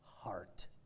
heart